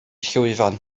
llwyfan